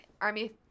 army